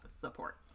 support